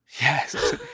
Yes